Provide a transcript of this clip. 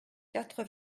quatre